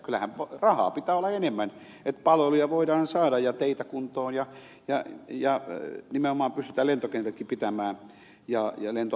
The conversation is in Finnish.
kyllähän rahaa pitää olla enemmän että palveluja voidaan saada ja teitä kuntoon ja nimenomaan pystytään lentokentätkin pitämään ja lentoasemat